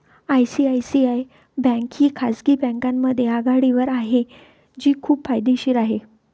ICICI bank ही खाजगी बँकांमध्ये आघाडीवर आहे जी खूप फायदेशीर आहे